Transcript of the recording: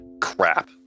Crap